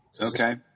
Okay